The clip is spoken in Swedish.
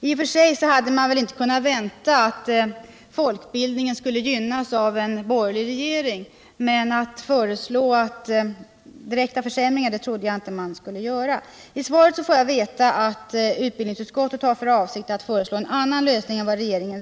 I och för sig hade man väl inte kunnat vänta att folkbildningen skulle gynnas av en borgerlig regering, men direkta försämringar trodde jag ändå inte att den nya regeringen skulle föreslå. I svaret får jag veta att utbildningsutskottet har för avsikt att föreslå en annan lösning än regeringen.